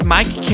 Mike